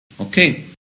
Okay